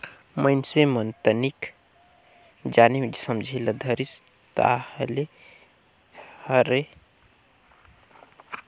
मइनसे मन तनिक जाने समझे ल धरिस ताहले रहें बर सुग्घर घर बनाए के संग में गाय गोरु कर पलई पोसई में घलोक धियान दे बर धरिस